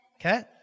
Okay